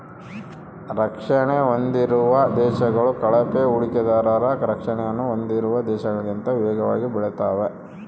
ರಕ್ಷಣೆ ಹೊಂದಿರುವ ದೇಶಗಳು ಕಳಪೆ ಹೂಡಿಕೆದಾರರ ರಕ್ಷಣೆಯನ್ನು ಹೊಂದಿರುವ ದೇಶಗಳಿಗಿಂತ ವೇಗವಾಗಿ ಬೆಳೆತಾವೆ